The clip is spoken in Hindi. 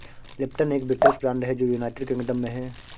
लिप्टन एक ब्रिटिश ब्रांड है जो यूनाइटेड किंगडम में है